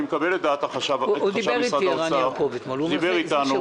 אני מקבל את דעת חשב משרד האוצר שדיבר איתנו.